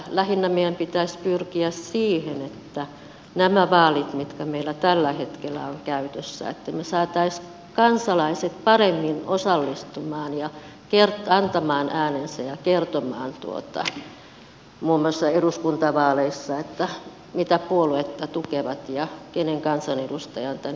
lähinnä meidän pitäisi pyrkiä siihen että me saisimme näihin vaaleihin mitkä meillä tällä hetkellä on käytössä kansalaiset paremmin osallistumaan ja antamaan äänensä ja kertomaan muun muassa eduskuntavaaleissa mitä puoluetta he tukevat ja kenen kansanedustajan he tänne eduskuntaan haluavat